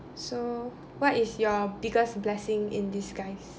so what is your biggest blessing in disguise